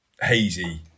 hazy